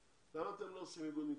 למה אתם לא עושים איגוד מקצועי?